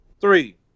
three